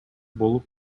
болуп